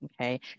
Okay